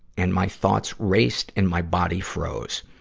and my thoughts raced and my body froze.